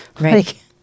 Right